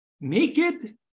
naked